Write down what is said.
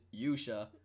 Yusha